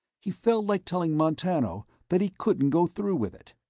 he felt like telling montano that he couldn't go through with it.